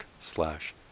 slash